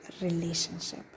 relationship